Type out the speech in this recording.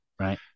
right